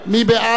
מי נגד?